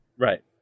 right